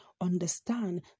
understand